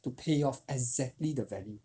to pay off exactly the value